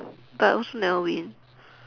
but also never win